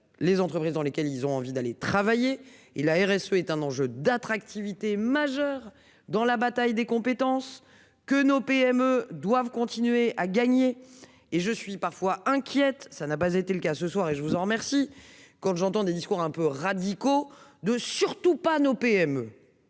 Les entreprises dans lesquelles ils ont envie d'aller. Travailler il la RSE est un enjeu d'attractivité majeure dans la bataille des compétences que nos PME doivent continuer à gagner et je suis parfois inquiète ça n'a pas été le cas ce soir et je vous en remercie. Quand j'entends des discours un peu radicaux de surtout pas nos PME.